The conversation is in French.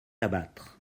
abattre